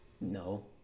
No